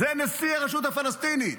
זה נשיא הרשות הפלסטינית.